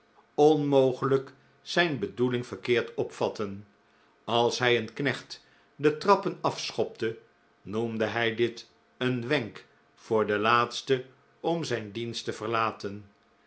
onmogelijk zijn bedoeling verkeerd opvatten als hij een knecht de trappen afschopte noemde hij dit een wenk voor den laatste om zijn dienst te verlaten